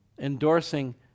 endorsing